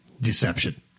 deception